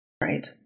right